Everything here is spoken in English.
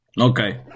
okay